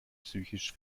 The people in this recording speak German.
psychisch